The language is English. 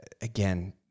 again